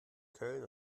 köln